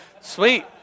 Sweet